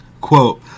quote